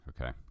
okay